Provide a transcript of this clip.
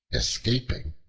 escaping,